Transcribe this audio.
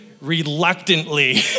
reluctantly